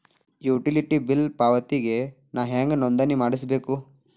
Utility bill ಪಾವತಿಗೆ ನಾ ಹೆಂಗ್ ನೋಂದಣಿ ಮಾಡ್ಸಬೇಕು?